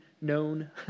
known